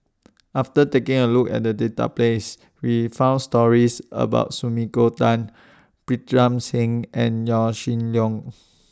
after taking A Look At The Database We found stories about Sumiko Tan Pritam Singh and Yaw Shin Leong